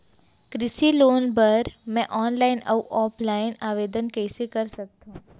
कृषि लोन बर मैं ऑनलाइन अऊ ऑफलाइन आवेदन कइसे कर सकथव?